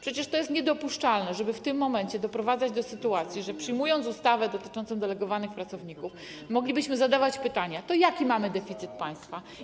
Przecież to jest niedopuszczalne, żeby w tym momencie doprowadzać do takiej sytuacji, że przyjmując ustawę dotyczącą delegowania pracowników, moglibyśmy zadawać pytanie: To jaki mamy deficyt państwa?